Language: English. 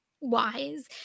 wise